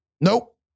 Nope